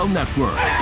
Network